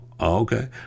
okay